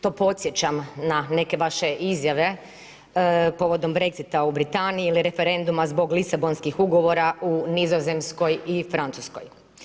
To podsjećam na neke vaše izjave povodom Brexit-a u Britaniji ili referenduma zbog Lisabonskih ugovora u Nizozemskoj i Francuskoj.